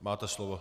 Máte slovo.